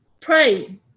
pray